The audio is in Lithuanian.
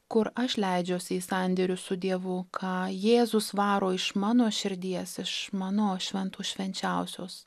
kur aš leidžiuosi į sandėrius su dievu ką jėzus varo iš mano širdies iš mano šventų švenčiausios